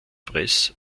press